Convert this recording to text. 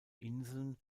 inseln